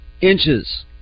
inches